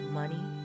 money